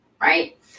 right